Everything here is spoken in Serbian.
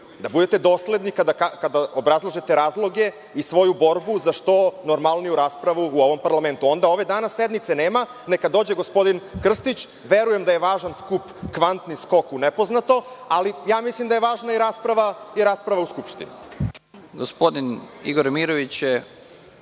da budete dosledni kada obrazlažete razloge i svoju borbu za što normalniju raspravu u ovom parlamentu. Onda ove sednice danas nema, neka dođe gospodin Krstić. Verujem da je važan skup „Kvantni skok“ u nepoznato, ali mislim da je važna i rasprava u Skupštini.